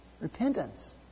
Repentance